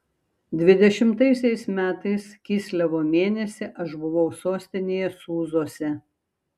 dvidešimtaisiais metais kislevo mėnesį aš buvau sostinėje sūzuose